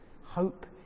Hope